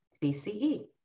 BCE